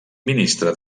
ministre